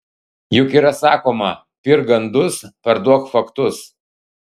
juk yra sakoma pirk gandus parduok faktus